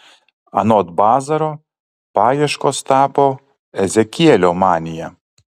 anot bazaro paieškos tapo ezekielio manija